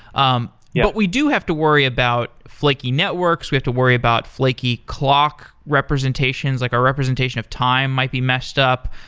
um yeah we do have to worry about flaky networks. we have to worry about flaky clock representations, like a representation of time might be messed up.